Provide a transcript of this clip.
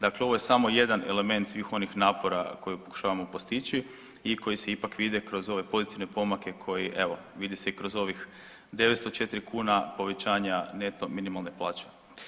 Dakle, ovo je samo jedan element svih onih napora koji pokušavao postići i koji se ipak vide kroz ove pozitivne pomake koji evo, vidi se i kroz ovih 904 kuna povećanja neto minimalne plaće.